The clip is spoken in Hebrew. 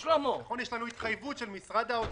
יש התחייבות של משרד האוצר,